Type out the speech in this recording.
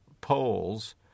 poles